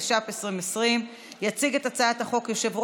התש"ף 2020. יציג את הצעת החוק יושב-ראש